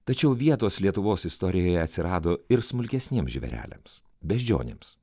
tačiau vietos lietuvos istorijoje atsirado ir smulkesniems žvėreliams beždžionėms